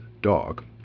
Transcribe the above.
dog